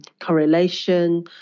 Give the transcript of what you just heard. correlation